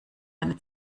eine